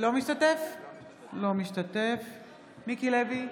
משתתף בהצבעה מיקי לוי,